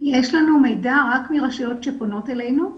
יש לנו מידע רק מרשויות שפונות אלינו,